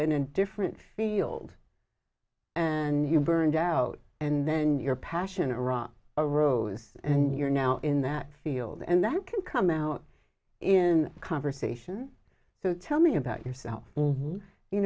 in a different field and you burned out and then your passion iraq arose and you're now in that field and that can come out in conversation so tell me about yourself